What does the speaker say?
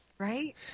Right